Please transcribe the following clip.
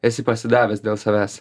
esi pasidavęs dėl savęs